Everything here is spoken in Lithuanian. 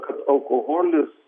kad alkoholis